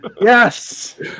Yes